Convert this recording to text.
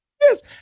Yes